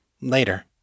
Later